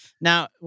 Now